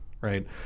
right